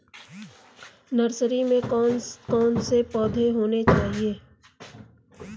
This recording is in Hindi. नर्सरी में कौन कौन से पौधे होने चाहिए?